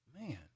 Man